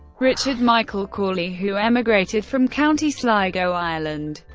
richard michael cawley, who emigrated from county sligo, ireland,